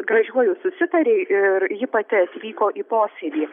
gražiuoju susitarė ir ji pati atvyko į posėdį